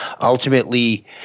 ultimately